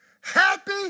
Happy